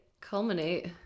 culminate